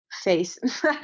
face